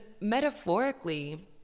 metaphorically